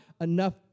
enough